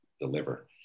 deliver